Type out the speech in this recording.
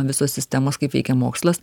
visos sistemos kaip veikia mokslas